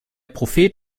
prophet